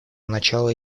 начало